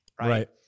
right